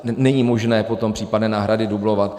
Není možné potom případné náhrady dublovat.